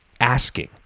Asking